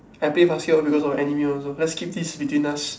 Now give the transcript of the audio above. I play basketball because of anime also let's keep this between us